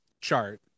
chart